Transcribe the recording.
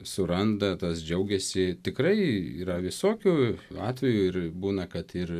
suranda tas džiaugiasi tikrai yra visokių atvejų ir būna kad ir